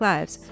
Lives